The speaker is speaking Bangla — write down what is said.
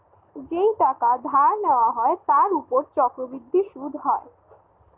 যেই টাকা ধার নেওয়া হয় তার উপর চক্রবৃদ্ধি সুদ হয়